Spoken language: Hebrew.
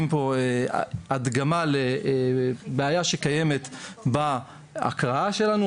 פה הדגמה לבעיה שקיימת בהקראה שלנו,